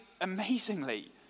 amazingly